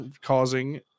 causing